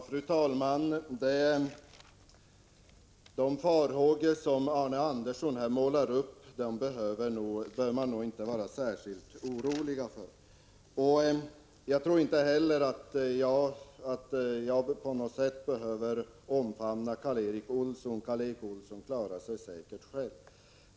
Fru talman! De farhågor som Arne Andersson i Ljung målar upp här behöver man nog inte vara särskilt orolig för. Jag tror inte heller att jag på något sätt behöver omfamna Karl Erik Olsson — han klarar sig säkert själv.